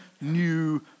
new